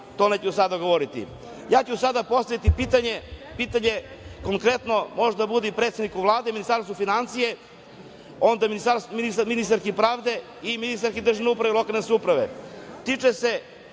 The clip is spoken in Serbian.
o tome sad govoriti. Ja ću sada postaviti pitanje, konkretno, možda bude i predsedniku Vlade i Ministarstvu finansija, ministarki pravde i ministarki državne uprave i lokalne samouprave.